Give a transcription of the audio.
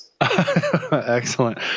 Excellent